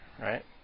right